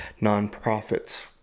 nonprofits